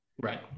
Right